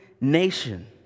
nation